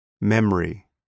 memory